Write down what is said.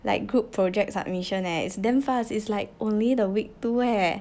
like group project submission eh is damn fast is like only the week two eh